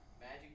Magic